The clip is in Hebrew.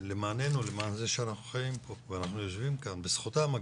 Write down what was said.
למעננו למען זה שאנחנו חיים פה ואנחנו יושבים כאן בזכותם אגב,